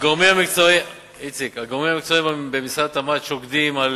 הגורמים המקצועיים במשרד התמ"ת שוקדים על